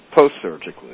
post-surgically